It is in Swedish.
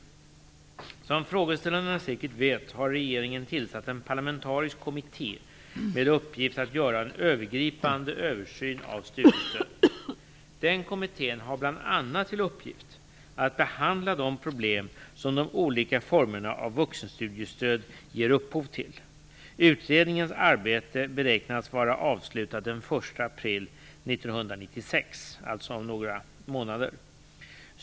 Som frågeställarna säkert vet har regeringen tillsatt en parlamentarisk kommitté med uppgift att göra en övergripande översyn av studiestödet. Denna kommitté har bl.a. till uppgift att behandla de problem som de olika formerna av vuxenstudiestöd ger upphov till. Utredningens arbete beräknas vara avslutat den 1 april 1996, alltså om några månader.